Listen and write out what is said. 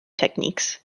techniques